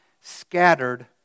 scattered